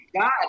God